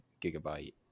gigabyte